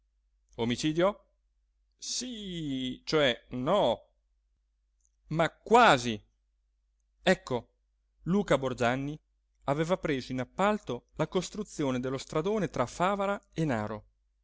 omicidio sí cioè no ma quasi ecco luca borgianni aveva preso in appalto la costruzione dello stradone tra favara e naro